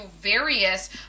various